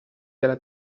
della